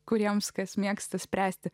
kuriems kas mėgsta spręsti